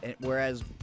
Whereas